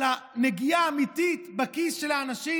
על הנגיעה האמיתית בכיס של האנשים,